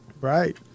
right